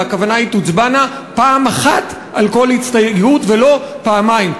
והכוונה היא: תוצבענה פעם אחת על כל הסתייגות ולא פעמיים,